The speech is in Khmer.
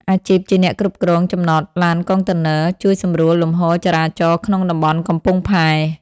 អាជីពជាអ្នកគ្រប់គ្រងចំណតឡានកុងតឺន័រ ជួយសម្រួលលំហូរចរាចរណ៍ក្នុងតំបន់កំពង់ផែ។